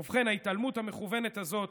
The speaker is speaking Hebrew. ובכן, ההתעלמות המכוונת הזאת